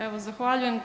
Evo zahvaljujem.